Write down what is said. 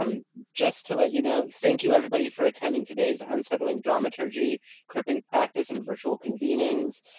um just to let you know, thank you everybody for attending today's unsettling dramaturgy cripping practice and virtual convenings.